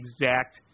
exact